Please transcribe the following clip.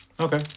Okay